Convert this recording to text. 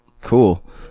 Cool